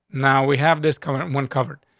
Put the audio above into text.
now we have this coming one covered.